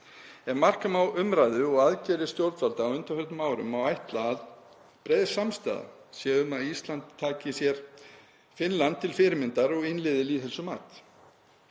Ef marka má umræðu og aðgerðir stjórnvalda á undanförnum árum má ætla að breið samstaða sé um að Ísland taki sér Finnland til fyrirmyndar og innleiði lýðheilsumat.